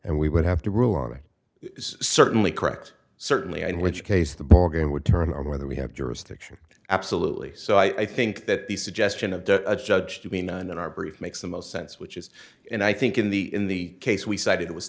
and we would have to rule on it certainly correct certainly and which case the ballgame would turn on whether we have jurisdiction absolutely so i think that the suggestion of a judge to be known in our brief makes the most sense which is and i think in the in the case we cited it was